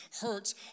hurts